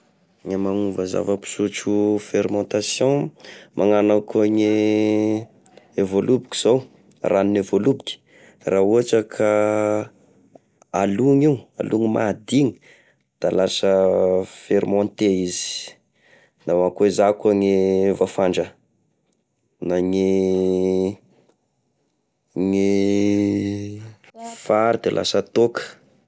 E magnova zava-pisotro fermentation magnano akogne voaloboky zao ranony e voaloboky raha ohatra ka alogna io, alogna mahadigny da lasa fermente izy, da gna akô iza koa gne vafandra, gna gne fary de lasa tôka.